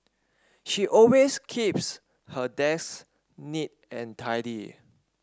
she always keeps her desk neat and tidy